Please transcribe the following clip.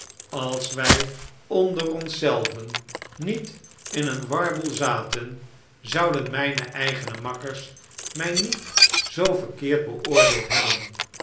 als wij onder ons zelven niet in een warboel zaten zouden mijne eigene makkers mij niet zoo verkeerd beoordeeld hebben